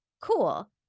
Cool